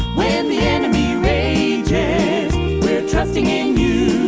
when the enemy rages we're trusting in you